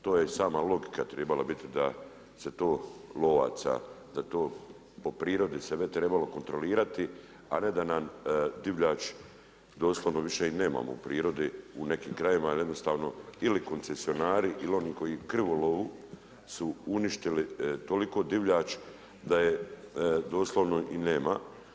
To je i sama logika trebala bit da se to lovaca, da to po prirodi se bi trebalo kontrolirati, a ne da nam divljač doslovno više i nemamo u prirodi u nekim krajevima, jer jednostavno ili koncesionari ili oni koji krvolovu su uništili toliku divljač da je doslovno i nema.